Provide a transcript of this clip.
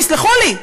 תסלחו לי.